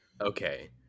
Okay